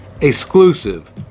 exclusive